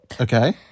Okay